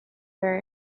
very